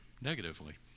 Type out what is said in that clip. negatively